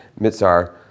Mitzar